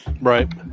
Right